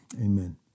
amen